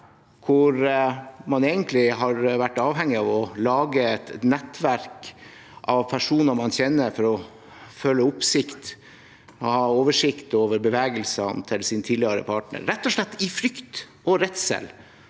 hvor man egentlig har vært avhengig av å lage et nettverk av personer man kjenner, for å holde oppsikt med og ha oversikt over bevegelsene til sin tidligere partner, rett og slett i frykt og redsel